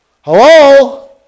Hello